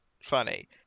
Funny